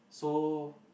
so